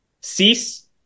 Cease